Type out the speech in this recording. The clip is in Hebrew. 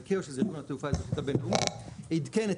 ה-ICAO שזה ארגון התעופה האזרחית הבינלאומית עדכן את